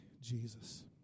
Jesus